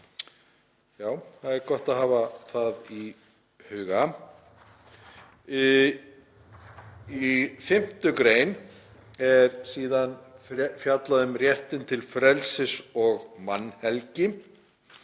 Já, það er gott að hafa það í huga. Í 5. gr. er fjallað um réttinn til frelsis og mannhelgi